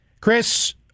Chris